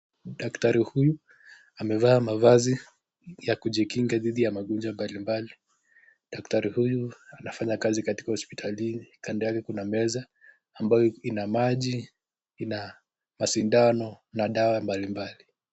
Daktari huyu amevaa mavazi ya kujikinga dhidi ya magonjwa mbali mbali, daktari huyu anafanya kazi katika hospitalini, kando yake kuna meza, ambayo ina maji ina masindano na dawa mbali mbali.